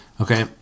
Okay